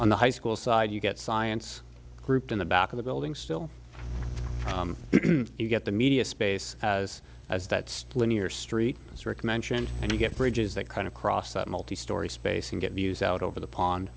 on the high school side you get science group in the back of the building still you get the media space as as that's linear street as rick mentioned and you get bridges that kind of cross that multi story space and get views out over the pond